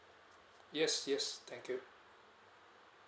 yes yes thank you